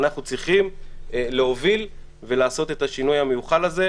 ואנחנו צריכים להוביל ולעשות את השינוי המיוחל הזה,